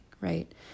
right